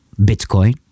Bitcoin